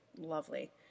lovely